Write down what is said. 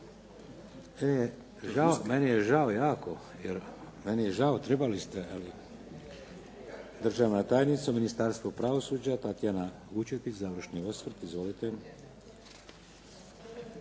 Meni je žao jako, trebali ste, ali … Državna tajnica u Ministarstvu pravosuđa, Tatjana Vučetić, završni osvrt. Izvolite.